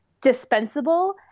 dispensable